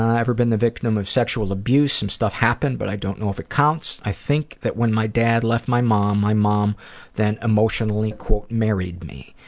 ever been the victim of sexual abuse? some stuff happened but i don't know if it counts. i think that when my dad left my mom, my mom then emotionally married me.